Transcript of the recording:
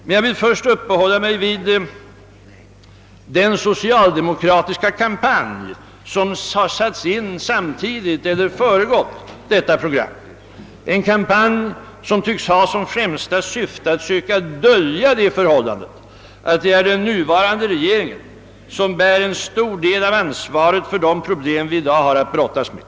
Men jag vill först uppehålla mig vid den socialdemokrätiska kampanj som har satts in samtidigt med eller föregått framläggandet av detta program, en kampanj som tycks ha som främsta syfte att söka dölja det förhållandet att det är den nuvarande regeringen som bär en stor del av ansvaret för de problem vi i dag har att brottas med.